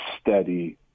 steady